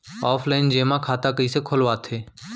Offline जेमा खाता कइसे खोलवाथे?